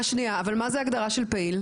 שניה, אבל מה זו הגדרה של פעיל?